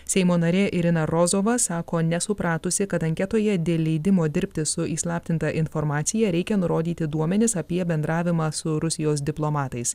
seimo narė irina rozova sako nesupratusi kad anketoje dėl leidimo dirbti su įslaptinta informacija reikia nurodyti duomenis apie bendravimą su rusijos diplomatais